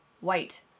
White